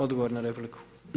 Odgovor na repliku.